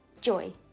joy